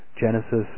Genesis